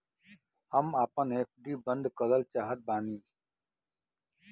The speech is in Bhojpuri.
हम आपन एफ.डी बंद करल चाहत बानी